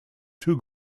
too